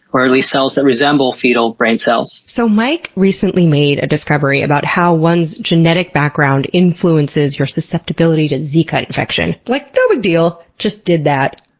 or at least cells that resemble fetal brain cells. so mike recently made a discovery about how one's genetic background influences your susceptibility to zika infection. like, no big deal, just did that.